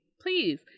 please